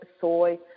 soy